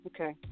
Okay